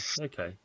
okay